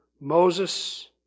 Moses